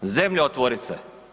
Zemljo, otvori se.